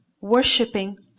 worshipping